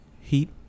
Heat